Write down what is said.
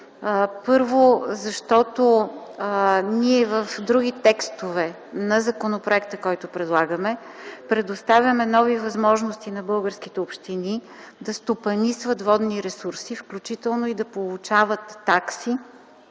Първо, защото ние в други текстове на законопроекта, които предлагаме, предоставяме нови възможности на българските общини да стопанисват водни ресурси, включително и да получават такси